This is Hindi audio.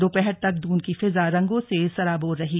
दोपहर तक दून की फिजा रंगों से सराबोर रही